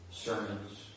sermons